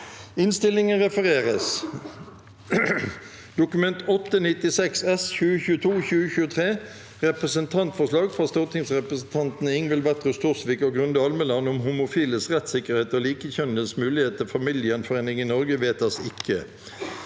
følgende v e d t a k : Dokument 8:96 S (2022–2023) – Representantforslag fra stortingsrepresentantene Ingvild Wetrhus Thorsvik og Grunde Almeland om homofiles rettssikkerhet og likekjønnedes mulighet til familiegjenforening i Norge – vedtas ikke.